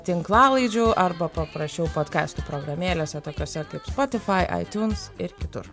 tinklalaidžių arba paprasčiau podkastų programėlėse tokiose kaip spotify itunes ir kitur